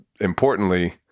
importantly